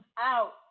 out